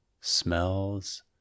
smells